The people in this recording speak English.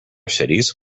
cities